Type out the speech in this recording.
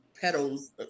petals